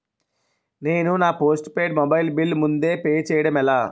నేను నా postpaid mobile bill ముందే పే చేయడం ఎలా?